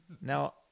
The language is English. Now